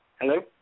Hello